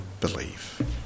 believe